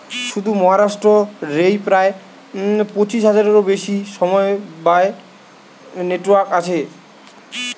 শুধু মহারাষ্ট্র রেই প্রায় পঁচিশ হাজারের বেশি সমবায় নেটওয়ার্ক আছে